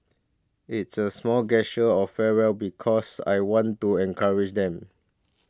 it's a small gesture of fair well because I want to encourage them